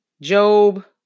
Job